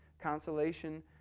Consolation